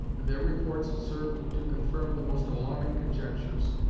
and their reports served to confirm the most alarming conjectures.